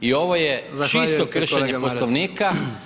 I ovo je čisto kršenje Poslovnika…